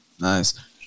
nice